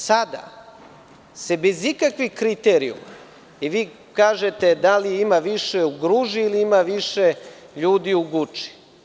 Sada se bez ikakvih kriterijuma, i vi kažete da li ima više u Gruži ili ima više ljudi u Guči.